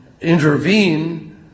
intervene